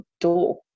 door